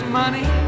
money